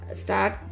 start